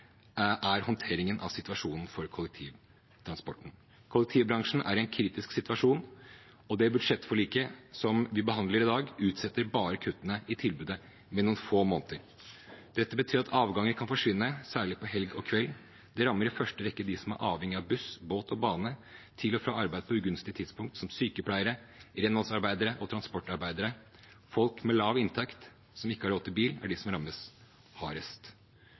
er håndteringen av situasjonen for kollektivtransporten. Kollektivbransjen er i en kritisk situasjon, og det budsjettforliket som vi behandler i dag, utsetter bare kuttene i tilbudet med noen få måneder. Dette betyr at avganger kan forsvinne, særlig i helger og på kveldstid. Det rammer i første rekke de som er avhengig av buss, båt og bane til og fra arbeid på ugunstige tidspunkt, som sykepleiere, renholdsarbeidere og transportarbeidere. Folk med lav inntekt som ikke har råd til bil, er de som rammes hardest.